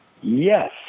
Yes